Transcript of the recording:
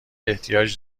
احتیاج